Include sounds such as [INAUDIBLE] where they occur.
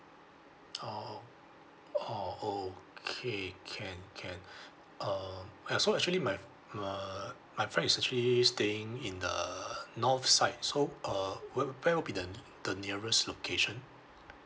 oh o~ oh okay can can [BREATH] um and so actually my f~ my my friend is actually staying in the north side so uh where where will be the [NOISE] the nearest location